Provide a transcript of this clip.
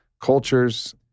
cultures